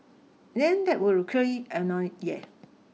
name that will annoy yeah